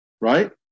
Right